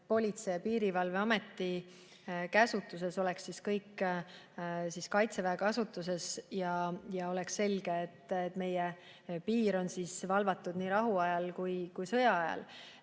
Politsei‑ ja Piirivalveameti käsutuses, oleks kõik Kaitseväe kasutuses ja oleks selge, et meie piir on valvatud nii rahuajal kui ka sõjaajal.